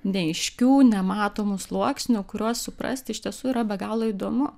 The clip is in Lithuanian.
neaiškių nematomų sluoksnių kuriuos suprasti iš tiesų yra be galo įdomu